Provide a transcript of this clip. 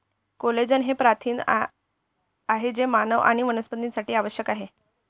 collagen हे प्रथिन आहे जे मानव आणि वनस्पतींसाठी आवश्यक आहे